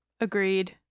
Agreed